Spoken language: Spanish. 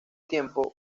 tiempo